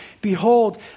behold